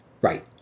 Right